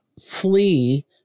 flee